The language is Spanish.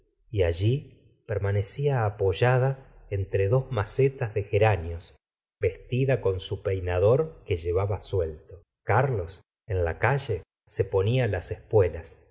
y allí permanecía apoyada entre dos macetas de geraneos vestida con su peinador que llevaba uelto carlos en la calle se ponía las espuelas